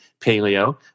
Paleo